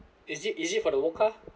is it is it for the vodka